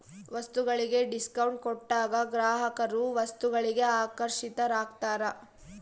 ವಸ್ತುಗಳಿಗೆ ಡಿಸ್ಕೌಂಟ್ ಕೊಟ್ಟಾಗ ಗ್ರಾಹಕರು ವಸ್ತುಗಳಿಗೆ ಆಕರ್ಷಿತರಾಗ್ತಾರ